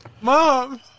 Mom